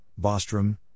Bostrom